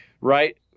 right